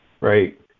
Right